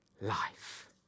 life